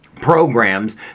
programs